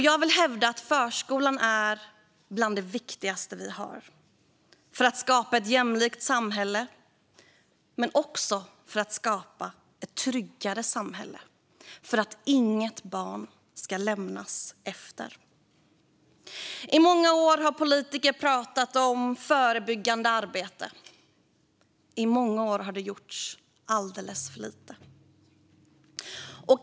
Jag vill hävda att förskolan är bland det viktigaste vi har för att skapa ett jämlikt samhälle och för att skapa ett tryggare samhälle - för att inget barn ska lämnas på efterkälken. I många år har politiker pratat om förebyggande arbete, och i många år har det gjorts alldeles för lite.